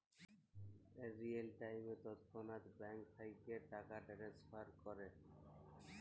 real time তৎক্ষণাৎ bank থ্যাইকে টাকা টেলেসফার ক্যরা